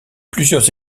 plusieurs